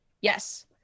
Yes